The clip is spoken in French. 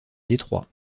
détroit